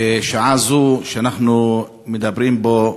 בשעה זו שאנחנו מדברים פה,